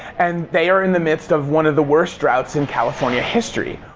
and they are in the midst of one of the worst droughts in california history.